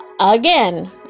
again